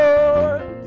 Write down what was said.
Lord